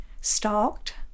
stalked